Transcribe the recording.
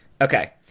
Okay